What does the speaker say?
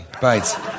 Bites